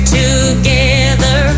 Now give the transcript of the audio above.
together